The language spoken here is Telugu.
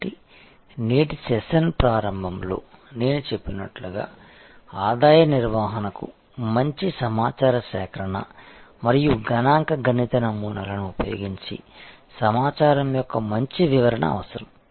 కాబట్టి నేటి సెషన్ ప్రారంభంలో నేను చెప్పినట్లుగా ఆదాయ నిర్వహణకు మంచి సమాచార సేకరణ మరియు గణాంక గణిత నమూనాలను ఉపయోగించి సమాచారం యొక్క మంచి వివరణ అవసరం